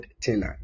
Tina